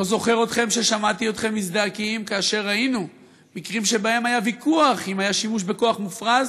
לא זוכר ששמעתי אתכם מזדעקים כאשר היה ויכוח אם היה שימוש בכוח מופרז,